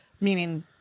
meaning